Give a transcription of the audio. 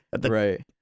right